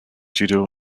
judo